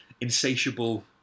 insatiable